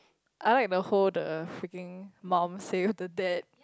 I like the whole the freaking mum said to dad